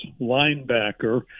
linebacker